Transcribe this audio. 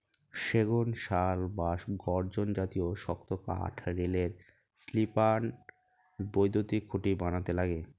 সেগুন, শাল বা গর্জন জাতীয় শক্ত কাঠ রেলের স্লিপার, বৈদ্যুতিন খুঁটি বানাতে লাগে